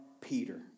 Peter